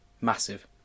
Massive